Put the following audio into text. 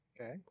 Okay